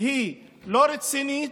היא לא רצינית,